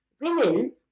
women